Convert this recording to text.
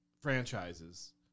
franchises